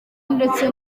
ndetse